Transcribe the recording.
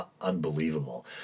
unbelievable